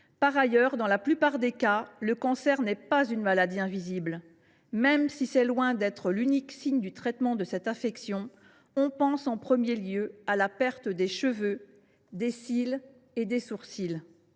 Par ailleurs, dans la plupart des cas, le cancer n’est pas une maladie invisible. Même si c’est loin d’être l’unique signe du traitement de cette affection, on pense en premier lieu à la perte des cheveux, des cils et des sourcils.